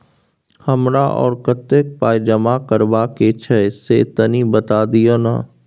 हमरा आरो कत्ते पाई जमा करबा के छै से तनी बता दिय न?